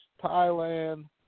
Thailand